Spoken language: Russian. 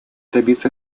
добиться